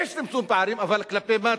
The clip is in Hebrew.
יש צמצום פערים, אבל כלפי מטה.